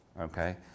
okay